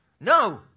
No